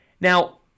Now